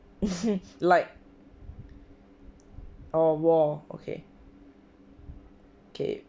like a war okay k